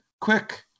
Quick